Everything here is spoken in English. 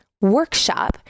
workshop